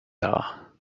are